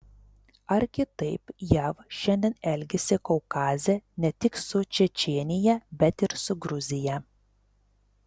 ar kitaip jav šiandien elgiasi kaukaze ne tik su čečėnija bet ir su gruzija